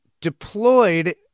deployed